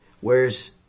whereas